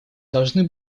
должны